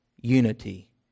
unity